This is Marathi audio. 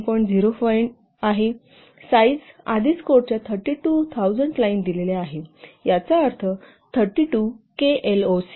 05 आहे साईज आधीच कोडच्या 32000 लाईन दिलेले आहे याचा अर्थ 32 केएलओसि